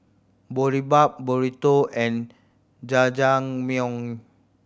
Boribap Burrito and Jajangmyeon